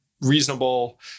reasonable